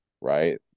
right